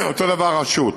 אותו דבר רשות.